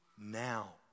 now